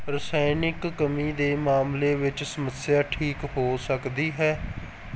ਰਸਾਇਣਕ ਕਮੀ ਦੇ ਮਾਮਲੇ ਵਿੱਚ ਸਮੱਸਿਆ ਠੀਕ ਹੋ ਸਕਦੀ ਹੈ